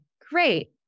great